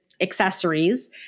accessories